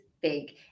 big